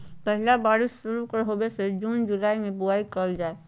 पहला बारिश शुरू होबय पर जून जुलाई में बुआई करल जाय हइ